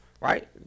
right